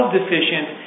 deficient